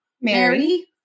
Mary